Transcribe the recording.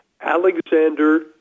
Alexander